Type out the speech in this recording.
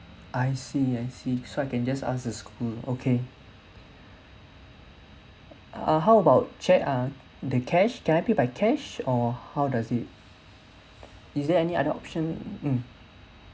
I see I see so I can just ask the school okay uh how about cheque um the cash then I pay by cash or how does it is there any other option mm